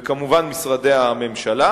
וכמובן משרדי הממשלה,